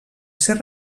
ser